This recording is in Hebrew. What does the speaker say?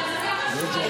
בשבילו אני אומרת.